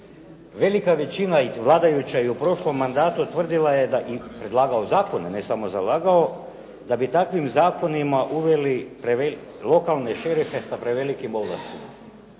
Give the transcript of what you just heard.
velika većina vladajuća u prošlom mandatu utvrdila je da, i predlagao zakone a ne samo zalagao, da bi takvim zakonima uveli lokalne šerife sa prevelikim ovlastima.